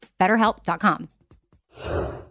BetterHelp.com